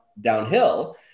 downhill